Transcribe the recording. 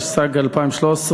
התשע"ג 2013,